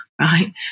right